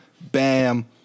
bam